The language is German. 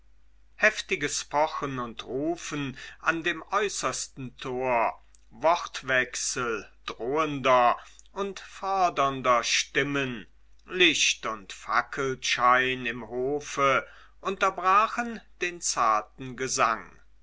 heftiges pochen und rufen an dem äußersten tor wortwechsel drohender und fordernder stimmen licht und fackelschein im hofe unterbrachen den zarten gesang